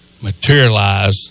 materialize